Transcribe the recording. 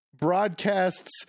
broadcasts